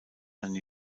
eine